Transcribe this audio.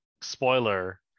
spoiler